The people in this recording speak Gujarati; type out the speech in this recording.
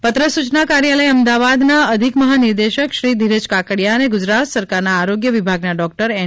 પત્ર સૂચના કાર્યાલય અમદાવાદના અધિક મહા નિર્દેશક શ્રી ધીરજ કાકાડીયા અને ગુજરાત સરકારના આરોગ્ય વિભાગના ડોકટર એન